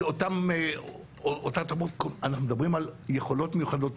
אנחנו מדברים על יכולות מיוחדות,